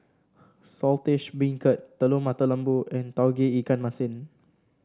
Saltish Beancurd Telur Mata Lembu and Tauge Ikan Masin